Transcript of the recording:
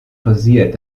pausiert